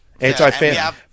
Anti-fan